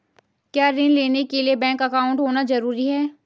क्या ऋण लेने के लिए बैंक अकाउंट होना ज़रूरी है?